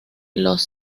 los